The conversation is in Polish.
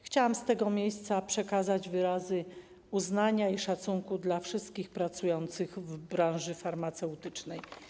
Chciałam z tego miejsca przekazać wyrazy uznania i szacunku dla wszystkich pracujących w branży farmaceutycznej.